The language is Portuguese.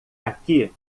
aqui